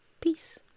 Peace